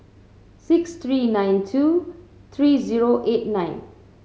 six three nine two three zero eight nine